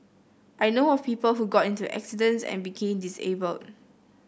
I know of people who got into accidents and became disabled